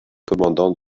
commandant